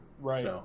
Right